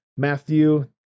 Matthew